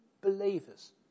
believers